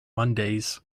mondays